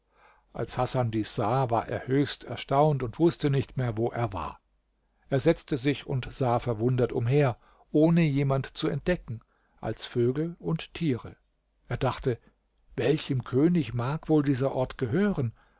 als hasan dies sah war er höchst erstaunt und wußte nicht mehr wo er war er setzte sich und sah verwundert umher ohne jemanden zu entdecken als vögel und tiere er dachte welchem könig mag wohl dieser ort gehören